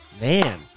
Man